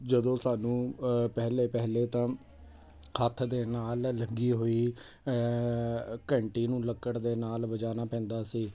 ਜਦੋਂ ਸਾਨੂੰ ਪਹਿਲੇ ਪਹਿਲੇ ਤਾਂ ਹੱਥ ਦੇ ਨਾਲ ਲੱਗੀ ਹੋਈ ਘੰਟੀ ਨੂੰ ਲੱਕੜ ਦੇ ਨਾਲ ਵਜਾਉਣਾ ਪੈਂਦਾ ਸੀ